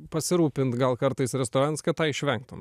pasirūpint gal kartais restoranas kad tą išvengtum